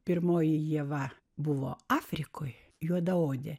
pirmoji ieva buvo afrikoje juodaodė